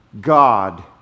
God